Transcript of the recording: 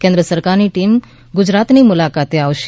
કેન્દ્ર સરકારની ટીમ ગુજરાતની મુલાકાતે આવશે